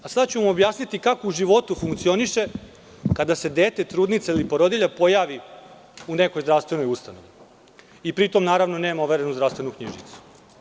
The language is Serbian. Sada ću vam objasniti kako u životu funkcioniše kada se dete trudnice ili porodilje pojavi u nekoj zdravstvenoj ustanovi i pri tom nema overenu zdravstvenu knjižicu.